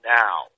now